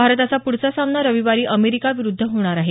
भारताचा पुढचा सामना रविवारी अमेरिका विरुद्ध होणार आहे